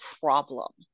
problem